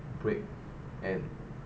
break and